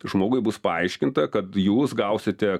žmogui bus paaiškinta kad jūs gausite